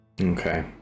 Okay